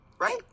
Right